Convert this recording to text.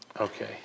Okay